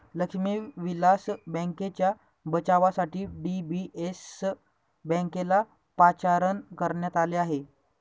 लक्ष्मी विलास बँकेच्या बचावासाठी डी.बी.एस बँकेला पाचारण करण्यात आले आहे